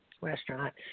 restaurant